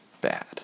bad